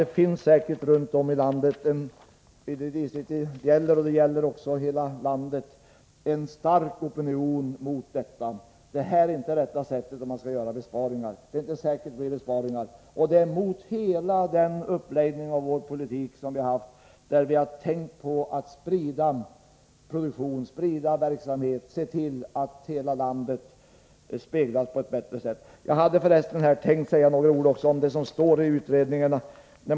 Det finns i Umeådistriktet — och det gäller säkert runt om i landet — en stark opinion mot förslaget. Det är inte rätta sättet att göra besparingar. Det är inte heller säkert att det blir några besparingar, och förslaget går emot hela den uppläggning av politiken som vi har haft. Vi har tänkt på att sprida produktion och verksamhet och sett till att hela landet speglas på ett bättre sätt. Jag vill här säga några ord om det som står i utredningen.